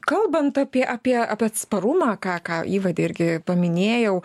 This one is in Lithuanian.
kalbant apie apie apie atsparumą ką ką įvade irgi paminėjau